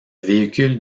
véhicule